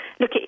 Look